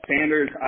Sanders